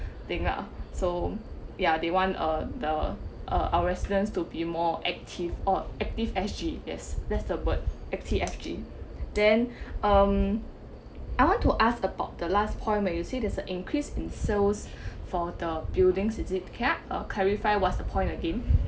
thing ah so ya they want uh the uh our residents to be more active or active S_G yes that's the word active S_G then um I want to ask about the last point where you say there's an increase in sales for the buildings cap or clarify what's the point again